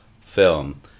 film